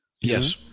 yes